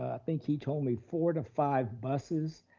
ah think he told me four to five buses,